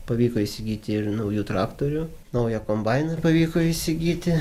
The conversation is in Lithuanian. pavyko įsigyti ir naujų traktorių naują kombainą pavyko įsigyti